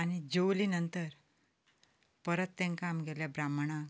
आनी जेवली नंतर परत तांकां आमगेल्या ब्राह्मणाक